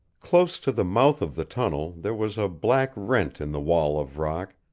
close to the mouth of the tunnel there was a black rent in the wall of rock,